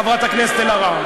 חברת הכנסת אלהרר.